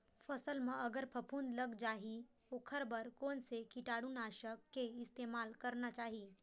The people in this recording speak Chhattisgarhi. फसल म अगर फफूंद लग जा ही ओखर बर कोन से कीटानु नाशक के इस्तेमाल करना चाहि?